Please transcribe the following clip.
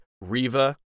Riva